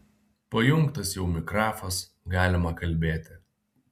pajungtas jau mikrafas galima kalbėti